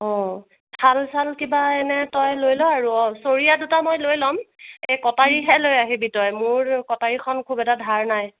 অঁ থাল চাল কিবা এনে তই লৈ ল' আৰু অঁ চৰিয়া দুটা মই লৈ ল'ম এই কটাৰীহে লৈ আহিবি তই মোৰ কটাৰীখন খুউব এটা ধাৰ নাই